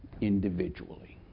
individually